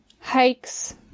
Hikes